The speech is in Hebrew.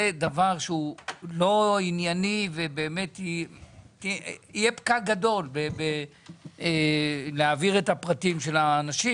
זה דבר שהוא לא ענייני ובאמת יהיה פקק גדול להעביר את הפרטים של האנשים,